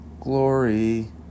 glory